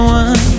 one